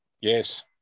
Yes